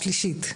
שלישית.